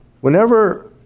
Whenever